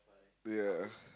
ya